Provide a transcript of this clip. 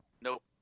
Nope